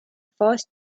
forced